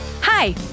Hi